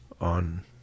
on